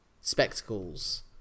spectacles